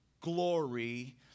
glory